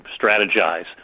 strategize